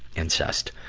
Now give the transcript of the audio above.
incest.